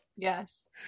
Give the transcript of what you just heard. Yes